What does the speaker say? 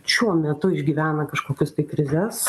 šiuo metu išgyvena kažkokius tai krizes